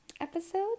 episode